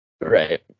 Right